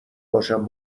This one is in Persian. باشم